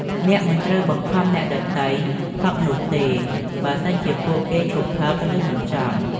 អ្នកមិនត្រូវបង្ខំអ្នកដទៃផឹកនោះទេ បើសិនជាពួកគេឈប់ផឹក ឬមិនចង់។